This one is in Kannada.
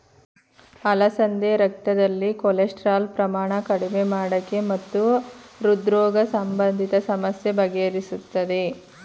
ಅಲಸಂದೆ ರಕ್ತದಲ್ಲಿ ಕೊಲೆಸ್ಟ್ರಾಲ್ ಪ್ರಮಾಣ ಕಡಿಮೆ ಮಾಡಕೆ ಮತ್ತು ಹೃದ್ರೋಗ ಸಂಬಂಧಿತ ಸಮಸ್ಯೆ ಬಗೆಹರಿಸ್ತದೆ